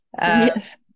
Yes